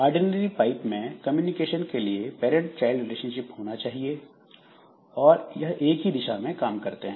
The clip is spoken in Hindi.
ऑर्डिनरी पाइप में कम्युनिकेशन के लिए पैरंट चाइल्ड रिलेशनशिप चाहिए होता है और यह एक ही दिशा में काम करते हैं